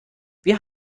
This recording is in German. wir